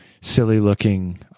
silly-looking